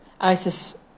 ISIS